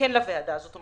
לוועדה הזאת.